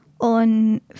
on